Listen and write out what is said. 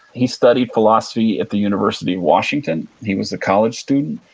he studied philosophy at the university of washington. he was a college student.